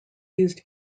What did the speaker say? used